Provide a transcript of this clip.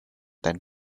than